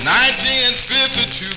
1952